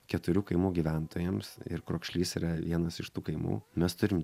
keturių kaimų gyventojams ir krokšlys yra vienas iš tų kaimų mes turim